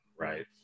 Right